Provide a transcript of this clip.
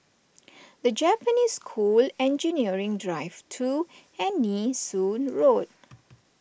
the Japanese School Engineering Drive two and Nee Soon Road